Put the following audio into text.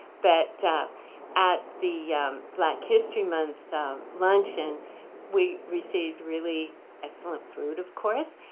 but at the black history month luncheon we received really excellent food, of course,